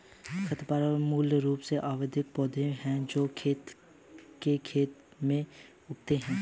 खरपतवार मूल रूप से अवांछित पौधे हैं जो खेत के खेत में उगते हैं